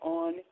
on